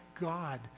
God